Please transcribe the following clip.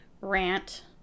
rant